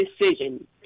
decision